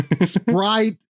sprite